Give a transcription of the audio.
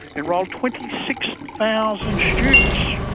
enrolled twenty six thousand students,